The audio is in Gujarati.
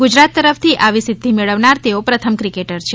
ગુજરાત તરફથી આવી સિદ્ધિ મેળવનાર તેઓ પ્રથમ ક્રિકેટર છે